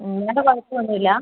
വേറെ കുഴപ്പം ഒന്നും ഇല്ല